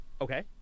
okay